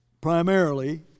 Primarily